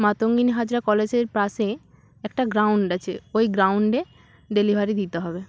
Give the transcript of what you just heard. মাতঙ্গিনী হাজরা কলেজের পাশে একটা গ্রাউন্ড আছে ওই গ্রাউন্ডে ডেলিভারি দিতে হবে